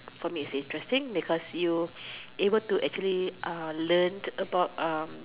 for me is interesting because you able to actually uh learn about um